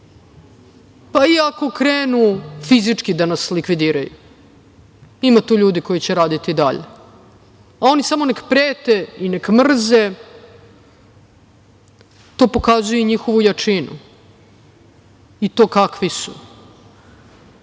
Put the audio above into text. pa i ako krenu da nas fizički likvidiraju. Ima tu ljudi koji će raditi dalje, a oni samo nek prete, nek mrze. To pokazuje njihovu jačinu i to kakvi su,